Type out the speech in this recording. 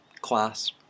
class